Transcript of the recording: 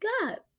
god